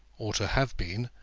or to have been,